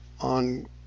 on